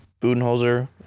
Budenholzer